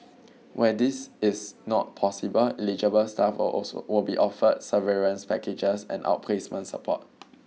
where this is not possible eligible staff will will be offered severance packages and outplacement support